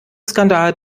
skandal